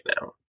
now